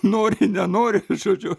nori nenori žodžiu